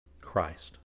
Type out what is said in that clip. Christ